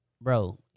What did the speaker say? bro